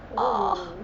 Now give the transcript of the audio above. oh